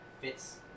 fits